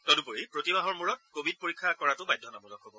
তদুপৰি প্ৰতিমাহৰ মূৰত কোৱিড পৰীক্ষা কৰাটো বাধ্যতামূলক হ'ব